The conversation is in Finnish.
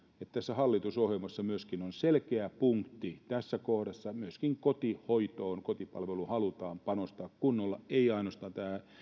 että hallitusohjelmassa myöskin on selkeä punkti tässä kohdassa että myöskin kotihoitoon ja kotipalveluun halutaan panostaa kunnolla ei ainoastaan